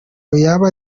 yaba